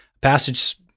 passage